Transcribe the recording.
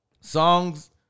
songs